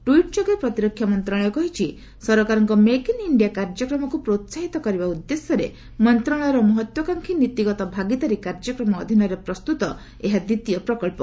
tweet ଯୋଗେ ପ୍ରତିରକ୍ଷା ମନ୍ତ୍ରଣାଳୟ କହିଛି ସରକାରଙ୍କ ମେକ୍ ଇନ୍ ଇଣ୍ଡିଆ କାର୍ଯ୍ୟକ୍ରମକୁ ପ୍ରୋହାହିତ କରିବା ଉଦ୍ଦେଶ୍ୟରେ ମନ୍ତ୍ରଣାଳୟର ମହତକାଂକ୍ଷୀ ନୀତିଗତ ଭାଗିଦାରୀ କାର୍ଯ୍ୟକ୍ରମ ଅଧୀନରେ ପ୍ରସ୍ତୁତ ଏହା ଦ୍ୱିତୀୟ ପ୍ରକଳ୍ପ